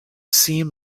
seem